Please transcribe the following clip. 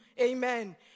Amen